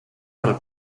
del